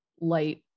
light